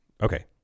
Okay